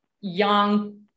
young